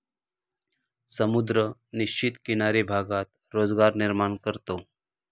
समुद्र निश्चित किनारी भागात रोजगार निर्माण करतो